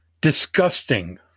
disgusting